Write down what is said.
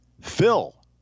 Phil